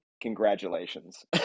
congratulations